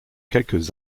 quelques